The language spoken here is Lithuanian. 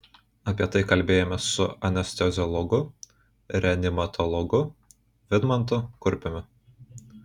apie tai kalbėjomės su anesteziologu reanimatologu vidmantu kurpiumi